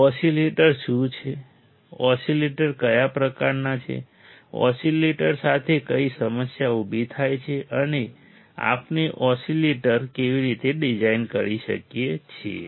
oscillator શું છે oscillator કયા પ્રકારના છે ઓસીલેટર સાથે કઈ સમસ્યા ઉભી થાય છે અને આપણે ઓસીલેટર કેવી રીતે ડીઝાઈન કરી શકીએ છીએ